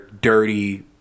dirty